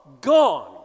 gone